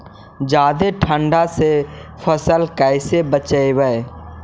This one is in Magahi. जादे ठंडा से फसल कैसे बचइबै?